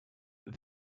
that